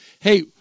Hey